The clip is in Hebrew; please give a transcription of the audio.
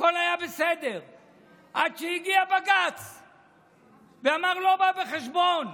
הכול היה בסדר עד שהגיע בג"ץ ואמר: לא בא בחשבון.